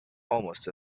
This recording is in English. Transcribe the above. almost